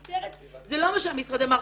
מצטערת, זה לא מה שהמשרד אמר.